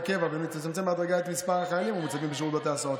קבע ותצמצם בהדרגה את מספר החיילים המוצבים בשירות בתי הסוהר.